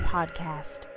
Podcast